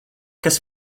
kas